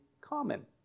common